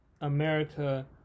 America